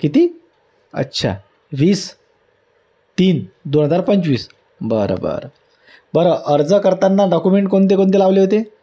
किती अच्छा वीस तीन दोन हजार पंचवीस बरं बरं बरं अर्ज करतांना डॉक्युमेंट कोणते कोणते लावले होते